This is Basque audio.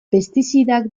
pestizidak